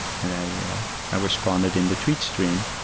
and yeah i responded in the treat stream,